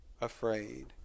afraid